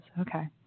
Okay